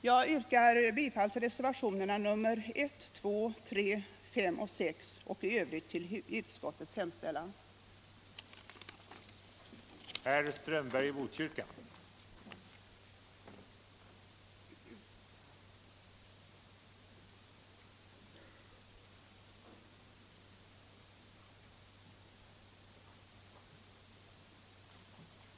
Jag yrkar bifall till reservationerna 1, 2, 3, 5 och 6 och i övrigt till utskottets hemställan i civilutskottets betänkande nr 23.